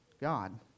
God